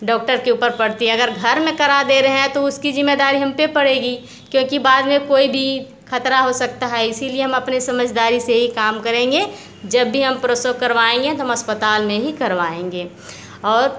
doctor के ऊपर पड़ती अगर घर में करा दे रहे हैं तो उसकी जिम्मेदारी हम पर पड़ेगी क्योंकि बाद में कोई भी ख़तरा हो सकता है इसलिए हम अपने समझदारी से ही काम करेंगे जब भी हम प्रसव करवाएंगे तो अस्पताल में ही करवाएंगे और